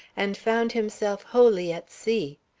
and found himself wholly at sea.